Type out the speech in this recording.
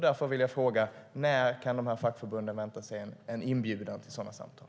Därför vill jag fråga: När kan de här fackförbunden vänta sig en inbjudan till sådana samtal?